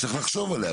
צריך לחשוב עליה,